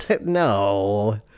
no